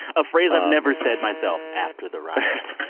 a phrase i've never said myself after the riot.